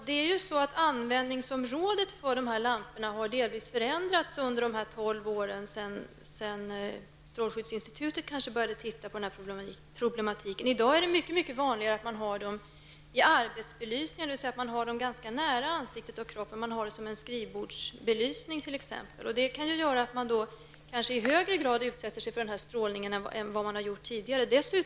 Herr talman! Användningsområdet för de här lamporna har delvis förändras under de tolv åren sedan strålskyddsinstitutet började titta på det här problemet. I dag är det mycket vanligare att man har halogenlampor i arbetsbelysningar, dvs. att man har dem ganska nära ansiktet och kroppen. Man har dem som skrivbordsbelysningar t.ex. Då kanske man i högre grad utsätter sig för den strålningen än vad man har gjort tidigare.